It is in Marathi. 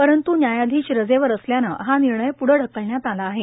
परंतू न्यायाधिश रजेवर असल्याने हा निर्णय प्ढे ढकलण्यात आला आहे